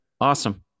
awesome